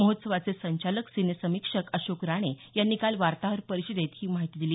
महोत्सवाचे संचालक सिनेसमीक्षक अशोक राणे यांनी काल वार्ताहर परिषदेत ही माहिती दिली